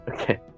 Okay